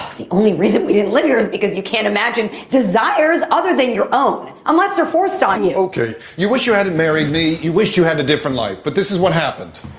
ah the only reason we didn't live here is because you can't imagine desires other than your own unless you're forced on you. okay. you wish you hadn't married me. you wish you had a different life. but this is what happens